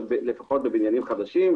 לפחות בבניינים חדשים,